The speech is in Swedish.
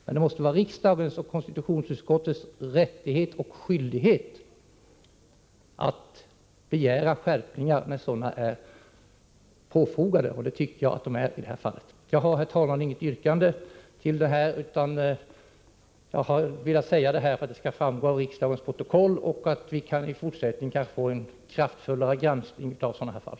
Men det måste vara riksdagens och konstitutionsutskottets rättighet och skyldighet att begära skärpningar när sådana är befogade, och det tycker jag att de är i det här fallet. Jag har, herr talman, inget yrkande utan har velat säga det här för att det skall framgå av riksdagens protokoll så att vi kanske i fortsättningen kan få en kraftfullare granskning av liknande fall.